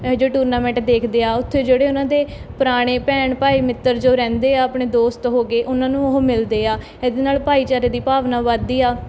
ਇਹ ਜਿਹੇ ਟੂਰਨਾਮੈਂਟ ਦੇਖਦੇ ਆ ਉੱਥੇ ਜਿਹੜੇ ਉਹਨਾਂ ਦੇ ਪੁਰਾਣੇ ਭੈਣ ਭਾਈ ਮਿੱਤਰ ਜੋ ਰਹਿੰਦੇ ਆ ਆਪਣੇ ਦੋਸਤ ਹੋ ਗਏ ਉਹਨਾਂ ਨੂੰ ਉਹ ਮਿਲਦੇ ਆ ਇਹਦੇ ਨਾਲ ਭਾਈਚਾਰੇ ਦੀ ਭਾਵਨਾ ਵੱਧਦੀ ਆ